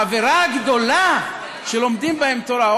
העבירה הגדולה שלומדים בהם תורה.